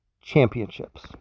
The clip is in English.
championships